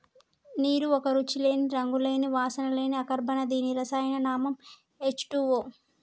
నీరు ఒక రుచి లేని, రంగు లేని, వాసన లేని అకర్బన దీని రసాయన నామం హెచ్ టూవో